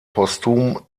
postum